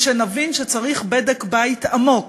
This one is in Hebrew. ושנבין שצריך בדק בית עמוק.